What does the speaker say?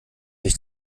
ich